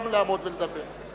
גם לעמוד ולדבר.